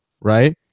right